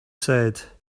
said